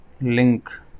link